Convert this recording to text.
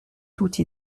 toute